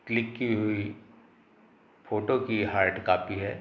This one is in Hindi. क्लिक की हुई फोटो की हार्ड कॉपी है